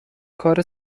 کار